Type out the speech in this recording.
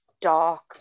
dark